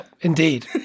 indeed